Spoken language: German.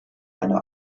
einer